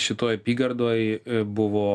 šitoj apygardoj buvo